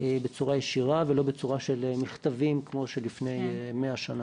בצורה ישירה ולא בצורה של מכתבים כמו לפני 100 שנה.